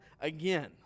again